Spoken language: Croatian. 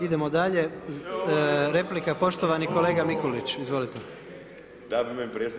Idemo dalje, replika poštovani kolega Mikulić, izvolite.